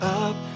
up